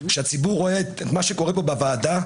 כשהציבור רואה מה קורה פה בוועדה,